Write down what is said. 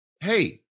Hey